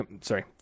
sorry